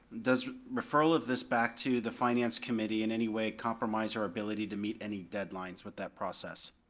does referral of this back to the finance committee in any way compromise our ability to meet any deadlines with that process?